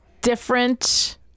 different